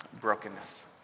brokenness